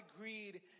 greed